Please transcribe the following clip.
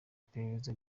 iperereza